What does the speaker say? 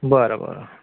बरं बरं